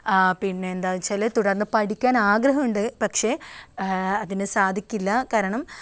പിന്നെന്താച്ചാൽ തുടർന്ന് പഠിക്കാൻ ആഗ്രഹമുണ്ട് പക്ഷേ അതിന് സാധിക്കില്ല കാരണം